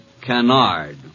Canard